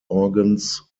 organs